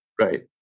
Right